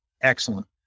Excellent